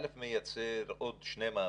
זה מייצר עוד שני מעברים,